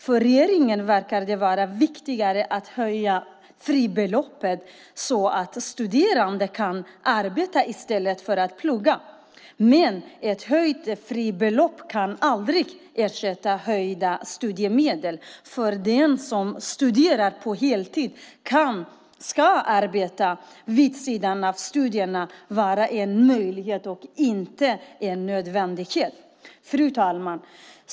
För regeringen verkar det vara viktigare att höja fribeloppet så att studerande kan arbeta i stället för att plugga. Men ett höjt fribelopp kan aldrig ersätta höjda studiemedel. För den som studerar på heltid ska arbete vid sidan av studierna vara en möjlighet och inte en nödvändighet. Fru talman!